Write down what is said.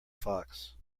fox